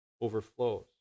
overflows